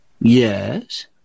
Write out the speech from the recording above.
Yes